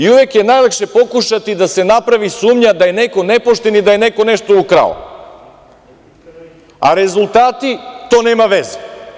Uvek je najlakše pokušati da se napravi sumnja da je neko nepošten i da je neko nešto ukrao, a rezultati, to nema veze.